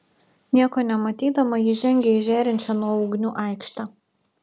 nieko nematydama ji žengė į žėrinčią nuo ugnių aikštę